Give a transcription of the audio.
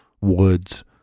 woods